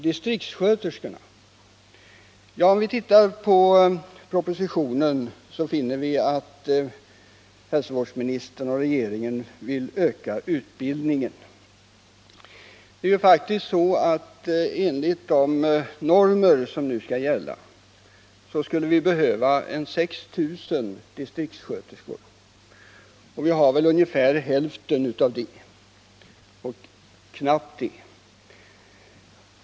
När det gäller distriktssköterskorna föreslår hälsovårdsministern och regeringen i propositionen att utbildningen för dessa skall byggas ut. Enligt de normer som nu skall gälla skulle vi behöva ca 6 000 distriktssköterskor, och vi har ungefär hälften och knappt det.